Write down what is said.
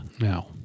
now